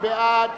מי בעד?